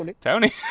Tony